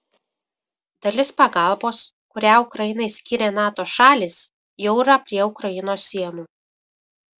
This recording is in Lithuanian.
dalis pagalbos kurią ukrainai skyrė nato šalys jau yra prie ukrainos sienų